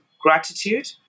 gratitude